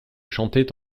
chantait